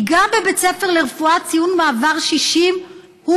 כי גם בבית ספר לרפואה ציון מעבר 60 מאפשר